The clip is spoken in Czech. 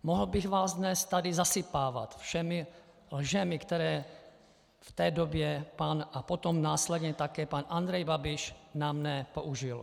Mohl bych vás dnes tady zasypávat všemi lžemi, které v té době a potom následně také pan Andrej Babiš na mne použil.